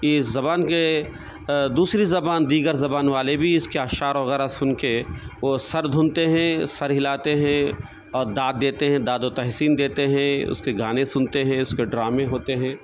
اس زبان کے دوسری زبان دیگر زبان والے بھی اس کے اشعار وغیرہ سن کے سر دھنتے ہیں سر ہلاتے ہیں اور داد دیتے ہیں داد و تحسین دیتے ہیں اس کے گانے سنتے ہیں اس کے ڈرامے ہوتے ہیں